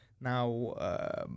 Now